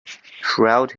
throughout